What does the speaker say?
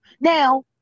Now